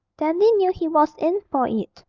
dandy knew he was in for it,